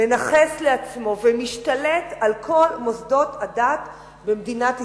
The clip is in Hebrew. מנכס לעצמו ומשתלט על כל מוסדות הדת במדינת ישראל,